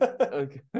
okay